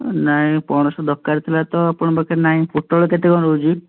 ନାଇଁ ପଣସ ଦରକାର ଥିଲା ତ ଆପଣଙ୍କ ପାଖରେ ନାହିଁ ପୋଟଳ କେତେ କ'ଣ ରହୁଛି